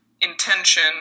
intention